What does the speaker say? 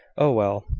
oh, well!